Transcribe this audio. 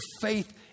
faith